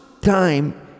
time